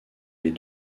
les